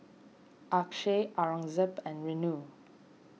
Akshay Aurangzeb and Renu